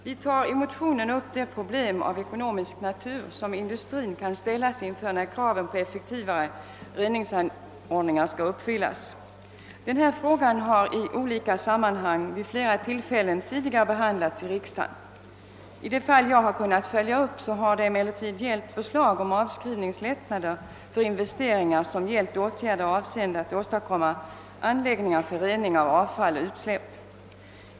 Vi tar däri upp de problem av ekonomisk natur, som industrin kan ställas inför när kraven på effektivare reningsåtgärder skall uppfyllas. Denna fråga har i olika sammanhang vid flera tidigare tillfällen behandlats i riksdagen. I de fall jag har kunnat följa har det emellertid rört sig om förslag om avskrivningslättnader för investeringar som gällt åtgärder avsedda att åstadkomma anläggningar för rening av avfall och utsläpp.